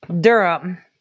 Durham